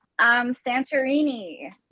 Santorini